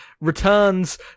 returns